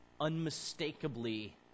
Unmistakably